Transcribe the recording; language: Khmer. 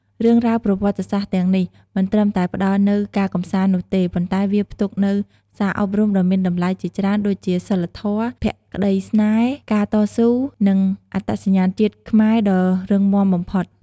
រឿងរ៉ាវប្រវត្តិសាស្ត្រទាំងនេះ មិនត្រឹមតែផ្តល់នូវការកម្សាន្តនោះទេ ប៉ុន្តែវាផ្ទុកនូវសារអប់រំដ៏មានតម្លៃជាច្រើនដូចជាសីលធម៌ ភក្តីស្នេហ៍ ការតស៊ូ និងអត្តសញ្ញាណជាតិខ្មែរដ៏រឹងមាំបំផុត។